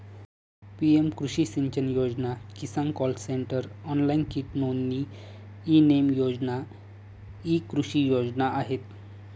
PM Krishi Sinchan Yojana, Kisan call centre, online कीट नोंदणी, e NAM योजना इ कृषी योजना आहेत